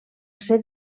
ser